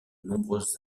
nombreuses